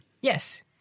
Yes